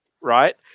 right